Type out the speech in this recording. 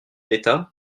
d’état